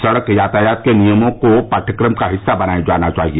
सड़क यातायात के नियमों को पाठ्यक्रम का हिस्सा बनाया जाना चाहिए